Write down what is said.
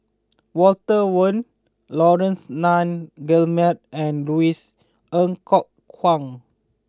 Walter Woon Laurence Nunns Guillemard and Louis Ng Kok Kwang